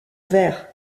vers